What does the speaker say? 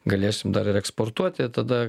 galėsim dar ir eksportuoti tada